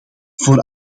voor